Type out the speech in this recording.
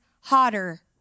hotter